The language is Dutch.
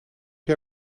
jij